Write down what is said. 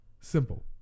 Simple